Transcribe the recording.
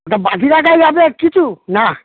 ওটা বাকি রাখা যাবে কিছু না